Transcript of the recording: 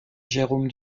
jérôme